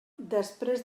després